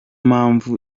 mpamvu